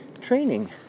training